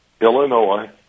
Illinois